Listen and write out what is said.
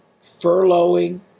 furloughing